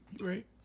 Right